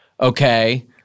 okay